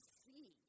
see